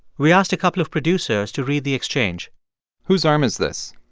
we asked a couple of producers to read the exchange whose arm is this?